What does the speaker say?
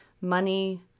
money